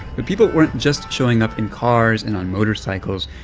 but people weren't just showing up in cars and on motorcycles.